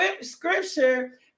scripture